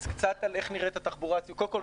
קודם כל,